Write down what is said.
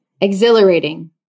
Exhilarating